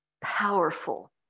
powerful